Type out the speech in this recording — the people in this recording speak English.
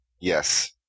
Yes